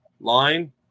line